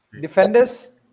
defenders